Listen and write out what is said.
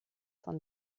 von